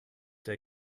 der